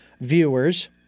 viewers